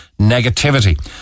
negativity